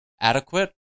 adequate